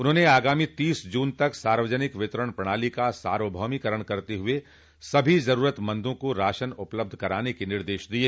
उन्होंने आगामी तीस जून तक सार्वजनिक वितरण प्रणाली का सार्वभौमिकरण करते हुए सभी जरूरतमंदों को राशन उपलब्ध कराने के निर्देश दिये